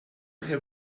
have